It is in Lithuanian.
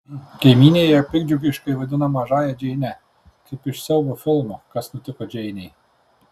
kaimynė ją piktdžiugiškai vadina mažąja džeine kaip iš siaubo filmo kas nutiko džeinei